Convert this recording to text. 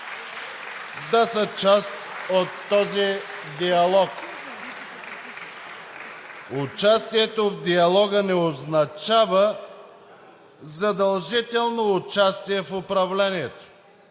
да са част от този диалог. Участието в диалога не означава задължително участие в управлението,